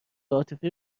عاطفی